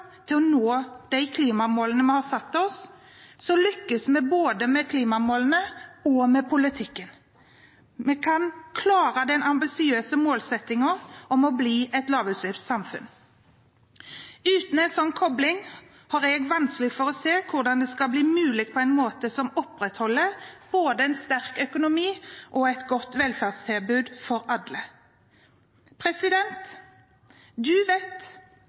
til å nå de klimamålene vi har satt oss, lykkes vi både med klimamålene og med politikken. Vi kan klare den ambisiøse målsettingen om å bli et lavutslippssamfunn. Uten en slik kobling har jeg vanskelig for å se hvordan det skal bli mulig på en måte som opprettholder både en sterk økonomi og et godt velferdstilbud for alle. Vi vet